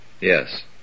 Yes